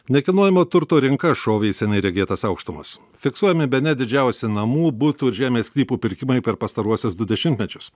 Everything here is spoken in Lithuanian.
nekilnojamo turto rinka šovė į senai regėtas aukštumas fiksuojami bene didžiausi namų butų ir žemės sklypų pirkimai per pastaruosius du dešimtmečius